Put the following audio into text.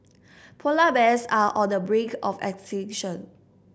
polar bears are on the brink of extinction